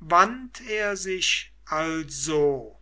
wandt er sich also